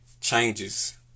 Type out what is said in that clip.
changes